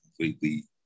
completely